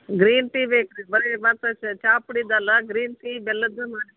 green tea ಬೇಕು ರಿ ಬರಿ ಚಾ ಪುಡಿದ್ದಲ್ಲ ಗ್ರೀನ್ ಟೀ ಬೆಲ್ಲದ್ದು ಮಾಡಿ